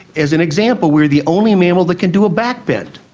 as an example, we are the only mammal that can do a back bend.